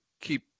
keep